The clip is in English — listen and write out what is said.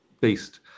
beast